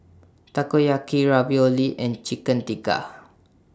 Takoyaki Ravioli and Chicken Tikka